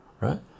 Right